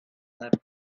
left